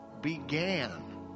began